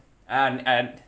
I I